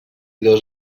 dos